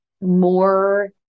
more